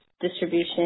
distribution